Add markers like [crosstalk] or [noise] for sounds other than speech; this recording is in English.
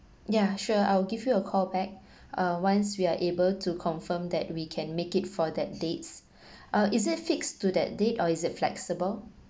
yeah sure I will give you a call back uh once we are able to confirm that we can make it for that dates [breath] uh is it fixed to that date or is it flexible